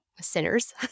sinners